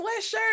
sweatshirt